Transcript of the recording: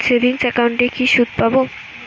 Savings একাউন্টে কি সুদ পাব?